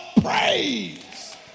praise